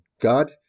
God